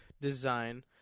design